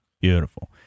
Beautiful